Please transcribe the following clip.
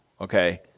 okay